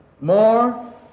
more